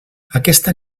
aquesta